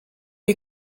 est